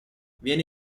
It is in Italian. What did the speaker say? viene